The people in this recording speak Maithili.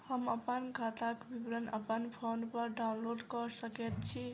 हम अप्पन खाताक विवरण अप्पन फोन पर डाउनलोड कऽ सकैत छी?